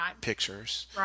pictures